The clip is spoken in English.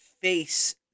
face